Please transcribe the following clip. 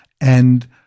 And-